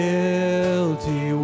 Guilty